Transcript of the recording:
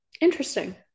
interesting